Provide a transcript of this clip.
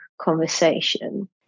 conversation